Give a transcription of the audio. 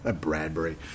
Bradbury